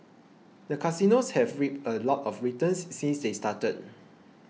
the casinos have reaped a lot of returns since they started